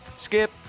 Skip